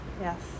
Yes